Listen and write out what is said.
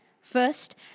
First